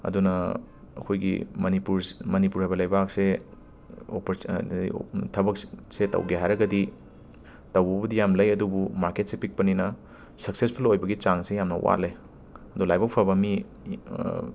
ꯑꯗꯨꯅ ꯑꯩꯈꯣꯏꯒꯤ ꯃꯅꯤꯄꯨꯔ ꯃꯅꯤꯄꯨꯔ ꯍꯥꯏꯕ ꯂꯩꯕꯥꯛꯁꯦ ꯑꯣꯄꯔ ꯆ ꯊꯕꯛꯁꯦ ꯇꯧꯒꯦ ꯍꯥꯏꯔꯒꯗꯤ ꯇꯧꯕꯕꯨꯗꯤ ꯌꯥꯝ ꯂꯩ ꯑꯗꯨꯕꯨ ꯃꯥꯔꯀꯦꯠꯁꯦ ꯄꯤꯛꯄꯅꯤꯅ ꯁꯛꯁꯦꯁꯐꯨꯜ ꯑꯣꯏꯕꯒꯤ ꯆꯥꯡꯁꯦ ꯌꯥꯝꯅ ꯋꯥꯠꯂꯦ ꯑꯗꯣ ꯂꯥꯏꯕꯛ ꯐꯕ ꯃꯤ